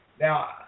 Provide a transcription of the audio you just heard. Now